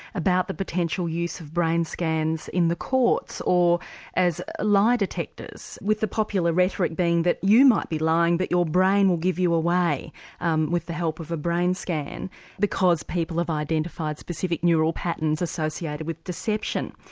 about the potential use of brain scans in the courts or as lie detectors, with the popular rhetoric being that you might be lying but your brain will give you away um with the help of a brain scan because people have identified specific neural patterns associated with deception.